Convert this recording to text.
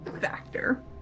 factor